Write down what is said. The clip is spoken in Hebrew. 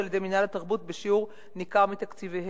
על-ידי מינהל התרבות בשיעור ניכר מתקציבן.